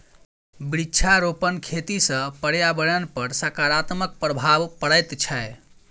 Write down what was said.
वृक्षारोपण खेती सॅ पर्यावरणपर सकारात्मक प्रभाव पड़ैत छै